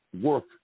work